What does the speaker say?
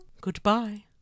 Goodbye